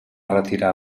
retirar